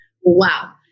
wow